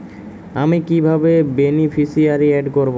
আমি কিভাবে beneficiary add করব?